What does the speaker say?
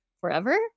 forever